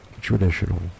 traditional